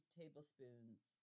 tablespoons